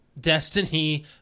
Destiny